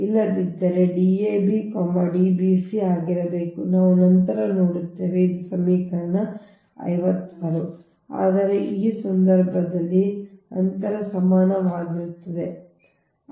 ಇಲ್ಲದಿದ್ದರೆ ಅದು Dab Dbc ಆಗಿರಬೇಕು ನಾವು ನಂತರ ನೋಡುತ್ತೇವೆ ಇದು ಸಮೀಕರಣ 56 ಆದರೆ ಈ ಸಂದರ್ಭದಲ್ಲಿ ಅಂತರ ಸಮಾನವಾಗಿರುತ್ತದೆ